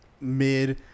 mid